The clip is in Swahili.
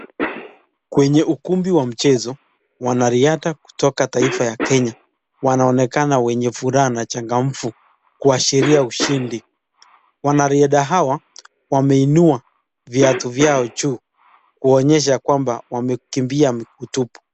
Kwenye ukumbi wa mchezo wanariadha kutoka taifa ya Kenya wanaonekana wenye furaha na chagamfu kuashiria ushindi. Wanariadha hawa wameinua viatu vyao juu kuonyesha kwamba wamekimbia miguu tupu.